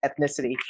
ethnicity